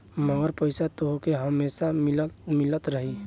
मगर पईसा तोहके हमेसा मिलत रही